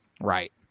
Right